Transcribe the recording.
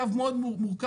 קו מאוד מורכב,